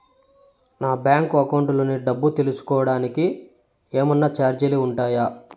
నా bank account లోని డబ్బు తెలుసుకోవడానికి కోవడానికి ఏమన్నా చార్జీలు ఉంటాయా?